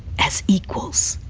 as equals.